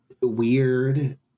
weird